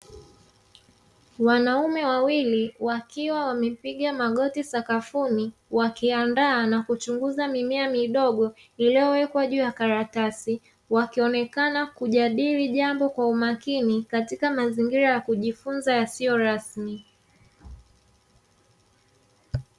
Wanaume wawili wakiwa wamepiga magoti sakafuni wakiandaa na kuchunguza mimea midogo iliyowekwa juu ya karatasi wakionekana kujadili jambo kwa umakini katika mazingira ya kujifunza yasiyo rasmi.